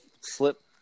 Slip